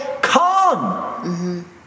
come